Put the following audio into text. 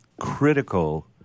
critical